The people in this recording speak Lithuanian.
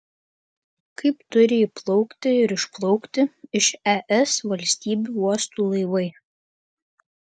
kaip turi įplaukti ir išplaukti iš es valstybių uostų laivai